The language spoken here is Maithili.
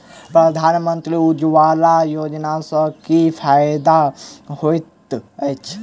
प्रधानमंत्री उज्जवला योजना सँ की फायदा होइत अछि?